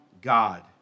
God